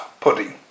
pudding